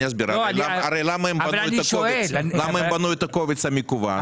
למה הם בנו את הקובץ המקוון,